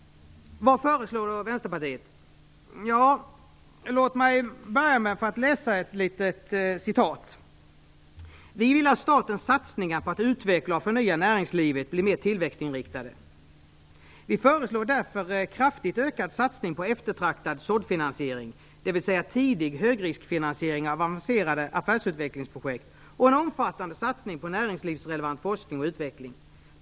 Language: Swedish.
Vad föreslår då Vänsterpartiet? Låt mig börja med att läsa ett litet citat: Vi vill att statens satsningar på att utveckla och förnya näringslivet blir mer tillväxtinriktade. Vi föreslår därför kraftigt ökad satsning på eftertraktad såddfinansiering, dvs. tidig högriskfinansiering av avancerade affärsutvecklingsprojekt och en omfattande satsning på näringslivsrelevant forskning och utveckling.